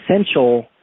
essential